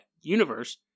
universe